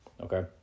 Okay